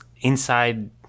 Inside